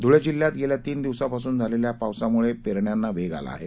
धळ जिल्ह्यात गेल्या तीन दिवसांपासून झालेल्या पावसामूळे पेरण्यांना वेग आला आहे